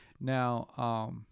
Now